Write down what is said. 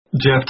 Jeff